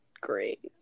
great